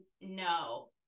no